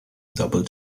double